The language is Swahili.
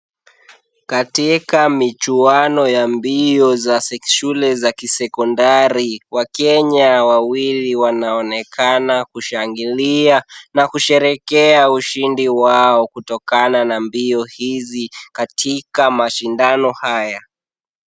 Katika michuano ya mbio za shule za kisekondari, wakenya wawili wanaonekana kushangilia na kusherehekea ushindi wao, kutokana na mbio hizi katika mashindano haya.